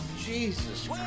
Jesus